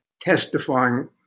testifying